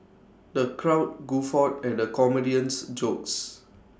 the crowd guffawed at the comedian's jokes